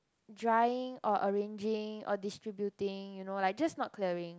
drying or arranging or distributing you know like just not clearing